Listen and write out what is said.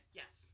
yes